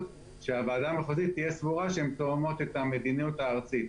שהוועדה המחוזית תהיה סבורה שהן תואמות הן המדיניות הארצית.